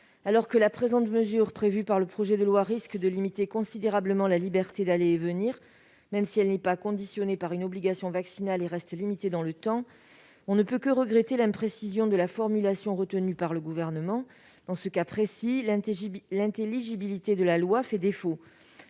Alors que la présente mesure prévue par le projet de loi risque de limiter considérablement la liberté d'aller et venir, même si elle n'est pas conditionnée par une obligation vaccinale et reste limitée dans le temps, on ne peut que regretter l'imprécision de la formulation retenue par le Gouvernement. Dans ce cas précis, l'intelligibilité de la loi fait défaut.